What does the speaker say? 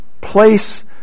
place